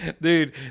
Dude